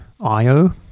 IO